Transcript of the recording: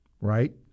right